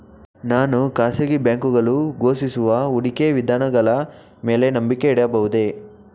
ನಾನು ಖಾಸಗಿ ಬ್ಯಾಂಕುಗಳು ಘೋಷಿಸುವ ಹೂಡಿಕೆ ವಿಧಾನಗಳ ಮೇಲೆ ನಂಬಿಕೆ ಇಡಬಹುದೇ?